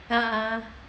ah